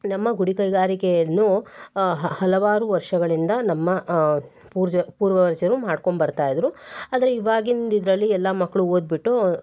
ನಮ್ಮ ಗುಡಿ ಕೈಗಾರಿಕೆಯನ್ನು ಹಲವಾರು ವರ್ಷಗಳಿಂದ ನಮ್ಮ ಪೂರ್ಜ ಪೂರ್ವಜರು ಮಾಡ್ಕೊಂಬರುತ್ತಾ ಇದ್ದರು ಆದರೆ ಇವಾಗಿಂದು ಇದರಲ್ಲಿ ಎಲ್ಲ ಮಕ್ಕಳು ಓದಿಬಿಟ್ಟು